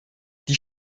die